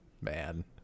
Man